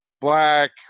black